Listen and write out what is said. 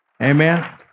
Amen